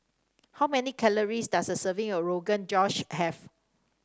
how many calories does a serving of Rogan Josh have